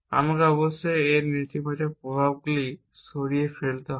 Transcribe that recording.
আমাকে অবশ্যই A এর নেতিবাচক প্রভাবগুলি সরিয়ে ফেলতে হবে